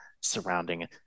surrounding